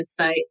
website